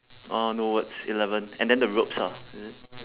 uh no words eleven and then the ropes ah is it